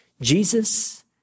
Jesus